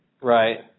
Right